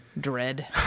dread